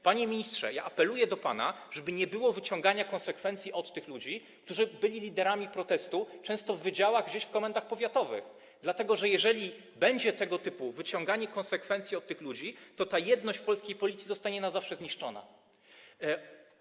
Panie ministrze, ja apeluję do pana, żeby nie było wyciągania konsekwencji wobec ludzi, którzy byli liderami protestu, często w wydziałach gdzieś w komendach powiatowych, dlatego że jeżeli będzie tego typu wyciąganie konsekwencji wobec tych ludzi, to ta jedność w polskiej Policji zostanie na zawsze zniszczona.